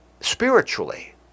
spiritually